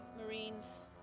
Marines